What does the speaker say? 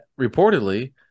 reportedly –